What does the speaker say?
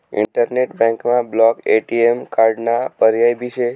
internet बँकमा block ATM कार्डाना पर्याय भी शे